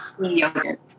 yogurt